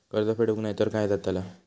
कर्ज फेडूक नाय तर काय जाताला?